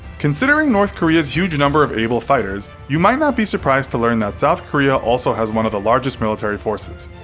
considering north korea's huge number of able fighters, you might not be surprised to learn that south korea also has one of the world's largest military forces.